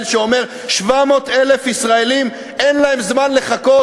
ואומר: 700,000 ישראלים אין להם זמן לחכות,